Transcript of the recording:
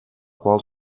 qual